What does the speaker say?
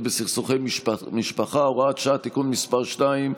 בסכסוכי משפחה (הוראת שעה) (תיקון מס' 2),